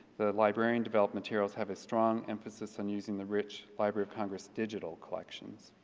the librarian develop materials have a strong emphasis in using the rich library of congress digital collection.